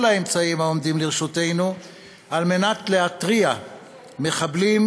האמצעים העומדים לרשותנו על מנת להרתיע מחבלים